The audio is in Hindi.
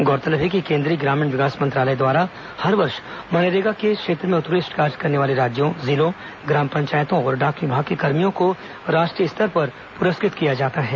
गौरतलब है कि केंद्रीय ग्रामीण विकास मंत्रालय द्वारा हर वर्ष मनरेगा के क्षेत्र में उत्कृष्ट कार्य करने वाले राज्यों जिलों ग्राम पंचायतों और डाक विभाग के कर्मियों को राष्ट्रीय स्तर पर पुरस्कृत किया जाता है